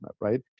right